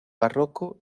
barroco